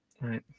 Right